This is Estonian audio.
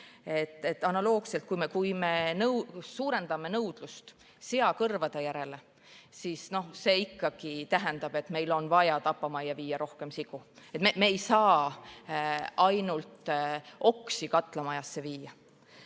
Analoogselt, kui me suurendame nõudlust seakõrvade järele, siis see ikkagi tähendab, et meil on vaja tapamajja viia rohkem sigu. Me ei saa ainult oksi katlamajasse viia. Aga